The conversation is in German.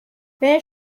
wer